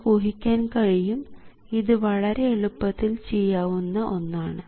നിങ്ങൾക്ക് ഊഹിക്കാൻ കഴിയും ഇത് വളരെ എളുപ്പത്തിൽ ചെയ്യാവുന്ന ഒന്നാണ്